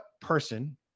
person